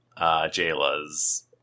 Jayla's